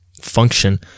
function